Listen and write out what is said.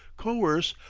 coerce,